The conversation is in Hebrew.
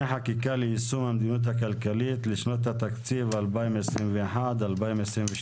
חקיקה ליישום המדיניות הכלכלית לשנות התקציב 2021 ו-2022),